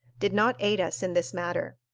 did not aid us in this matter.